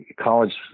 college